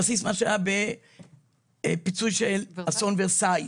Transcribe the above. על בסיס מה שהיה בפיצוי של אסון ורסאי.